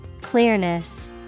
Clearness